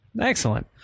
excellent